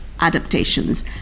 adaptations